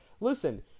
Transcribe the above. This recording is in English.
listen